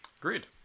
Agreed